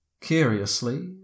Curiously